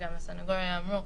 וגם הסנגוריה אמרו,